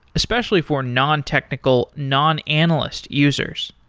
especially for non-technical non-analyst users.